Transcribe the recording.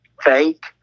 fake